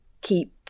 keep